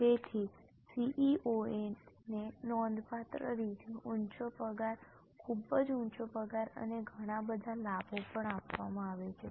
તેથી CEO ને નોંધપાત્ર રીતે ઊંચો પગાર ખૂબ જ ઊંચો પગાર અને ઘણા બધા લાભો પણ આપવામાં આવે છે